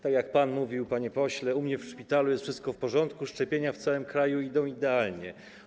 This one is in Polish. Tak samo pan mówił, panie pośle: u mnie w szpitalu jest wszystko w porządku, szczepienia w całym kraju idą idealnie.